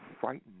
frightened